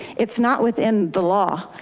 it's not within the law,